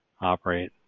operate